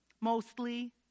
mostly